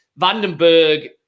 Vandenberg